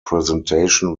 presentation